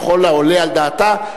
ככל העולה על דעתה,